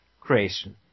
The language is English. creation